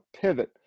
pivot